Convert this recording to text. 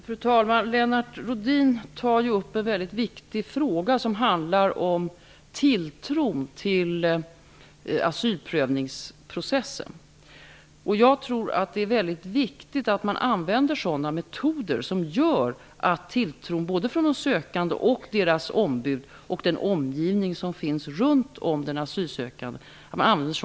Fru talman! Lennart Rohdin tar upp en väldigt viktig fråga, som handlar om tilltron till asylprövningsprocessen. Jag tror att det är viktigt att man använder sådana metoder som skapar tilltro, såväl från de sökande och deras ombud som från den asylsökandes omgivning.